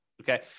Okay